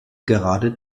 gerade